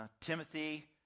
Timothy